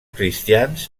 cristians